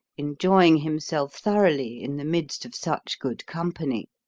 enjoying himself thoroughly in the midst of such good company,